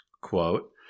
Quote